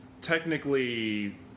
technically